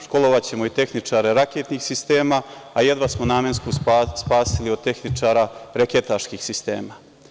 Školovaćemo i tehničare raketnih sistema, a jedva smo namensku spasili od tehničara reketaških sistema.